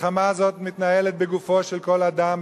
המלחמה הזאת מתנהלת בגופו של כל אדם,